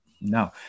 no